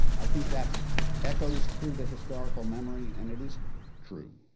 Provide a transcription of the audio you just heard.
i think that echoes through the historical memory, and it is true.